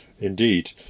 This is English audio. Indeed